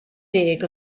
deg